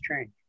change